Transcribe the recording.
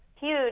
huge